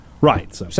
Right